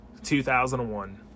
2001